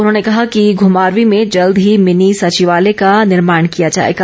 उन्होंने कहा कि घूमारवीं में जल्द ही मिनी सचिवालय का निर्माण किया जाएगा